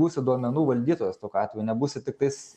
būsit duomenų valdytojas tokiu atveju nebūsit tiktais